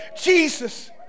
Jesus